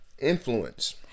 Influence